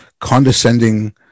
condescending